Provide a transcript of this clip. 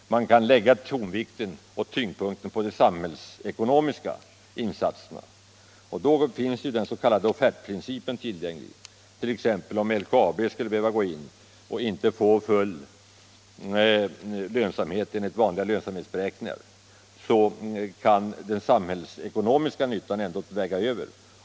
Tyngdpunkten kan läggas på de samhällsekonomiska följderna. Då finns ju den s.k. offertprincipen tillgänglig. Om t.ex. LKAB skulle behöva göra en insats och inte få full lönsamhet enligt vanliga lönsamhetsberäkningar, så kan den samhällsekonomiska nyttan ändå väga över.